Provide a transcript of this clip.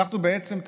בעצם,